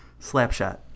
Slapshot